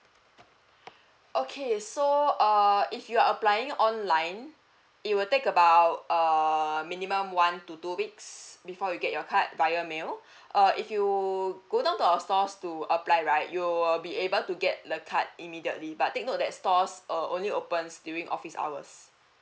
okay so err if you're applying online it will take about err minimum one to two weeks before you get your card via mail uh if you go down to our stores to apply right you will be able to get the card immediately but take note that stores uh only opens during office hours